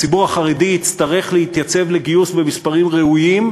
הציבור החרדי יצטרך להתייצב לגיוס במספרים ראויים,